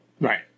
Right